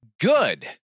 good